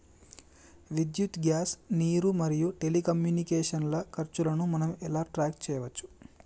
విద్యుత్ గ్యాస్ నీరు మరియు టెలికమ్యూనికేషన్ల ఖర్చులను మనం ఎలా ట్రాక్ చేయచ్చు?